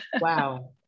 Wow